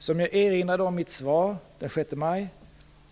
Som jag erinrade om i mitt svar den 6 maj,